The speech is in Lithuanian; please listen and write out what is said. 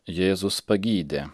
jėzus pagydė